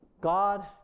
God